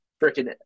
freaking